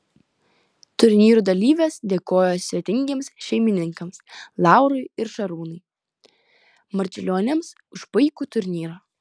turnyrų dalyvės dėkojo svetingiems šeimininkams laurai ir šarūnui marčiulioniams už puikų turnyrą